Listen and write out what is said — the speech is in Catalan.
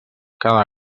cada